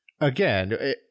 again